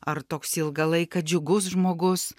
ar toks ilgą laiką džiugus žmogus